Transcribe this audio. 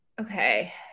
okay